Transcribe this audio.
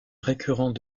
récurrent